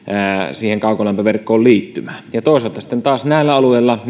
siihen kaukolämpöverkkoon liittymään toisaalta taas näillä alueilla